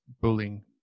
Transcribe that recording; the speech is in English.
bullying